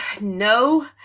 no